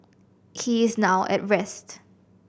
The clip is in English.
he is now at rest